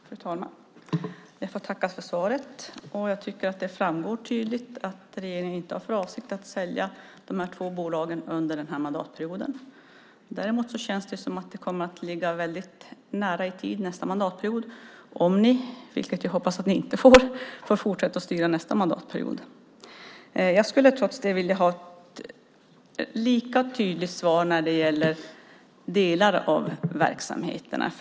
Fru talman! Jag vill tacka för svaret. Jag tycker att det framgår tydligt att regeringen inte har för avsikt att sälja de här två bolagen under den här mandatperioden. Däremot känns det som om det kommer att ligga väldigt nära i tid nästa mandatperiod om ni, vilket jag hoppas att ni inte får, får fortsätta att styra nästa mandatperiod. Jag skulle trots det vilja ha ett lika tydligt svar när det gäller delar av verksamheterna.